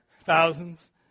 Thousands